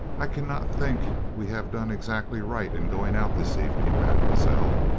i cannot think we have done exactly right in going out this evening, mademoiselle,